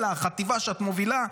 אלא החטיבה שאת מובילה,